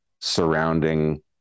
surrounding